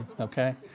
Okay